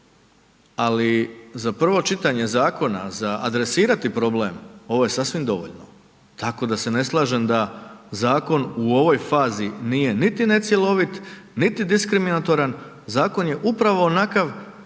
ali za prvo čitanje zakona, za adresirati problem, ovo je sasvim dovoljno. Tako da se ne slažem da u ovoj fazi nije niti necjelovit niti diskriminatoran, zakon ne upravo onakav